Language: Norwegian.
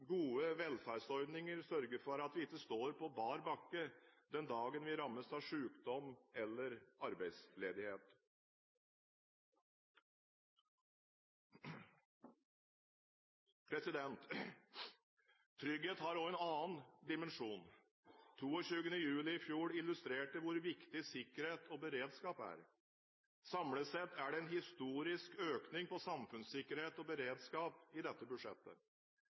Gode velferdsordninger sørger for at vi ikke står på bar bakke den dagen vi rammes av sykdom eller arbeidsledighet. Trygghet har også en annen dimensjon. 22. juli i fjor illustrerte hvor viktig sikkerhet og beredskap er. Samlet sett er det en historisk økning på samfunnssikkerhet og beredskap i dette budsjettet.